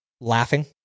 laughing